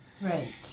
Right